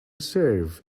serve